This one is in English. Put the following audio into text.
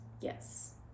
Yes